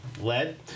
lead